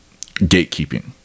gatekeeping